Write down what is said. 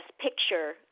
picture